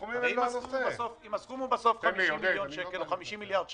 אם הסכום בסוף הוא 50 מיליון שקל או 50 מיליארד שקל,